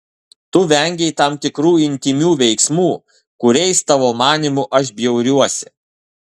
tu vengei tam tikrų intymių veiksmų kuriais tavo manymu aš bjauriuosi